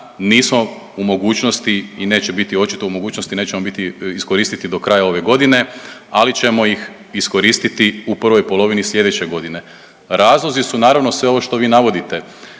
nismo u mogućnosti i neće biti očito u mogućnosti, nećemo iskoristiti do kraja ove godine, ali ćemo ih iskoristiti u prvoj polovini sljedeće godine. Razlozi su naravno sve ovo što vi navodite